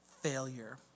failure